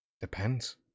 depends